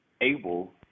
able